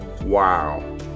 Wow